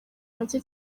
make